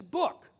book